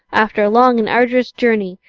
after a long and arduous journey,